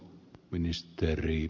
ministeri